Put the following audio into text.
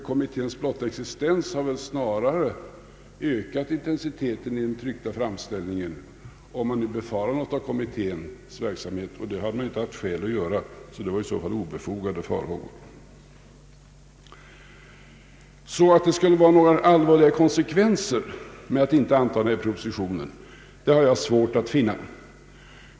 Kommitténs blotta existens har väl snarare ökat intensiteten i den tryckta framställningen, om man nu har befarat att kommitténs verksamhet skulle leda till några åtgärder, vilket man inte haft skäl att göra. Det var i så fall obefogade farhågor. Jag har alltså svårt att fatta att det skulle få allvarliga konsekvenser om vi inte antar propositionen.